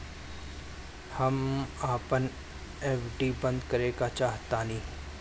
हम अपन एफ.डी बंद करेके चाहातानी